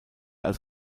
als